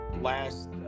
last